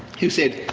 who said,